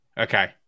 okay